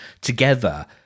together